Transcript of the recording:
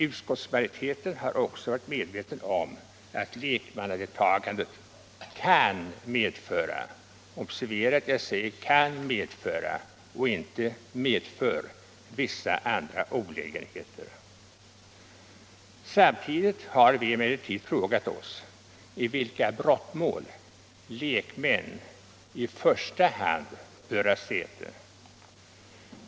Utskottsmajoriteten har också varit medveten om att lekmannadeltagandet kan medföra — observera att jag säger kan medföra, inte medför — vissa andra olägenheter. Samtidigt har vi emellertid frågat oss i vilka brottmål lekmän i första hand bör ha säte.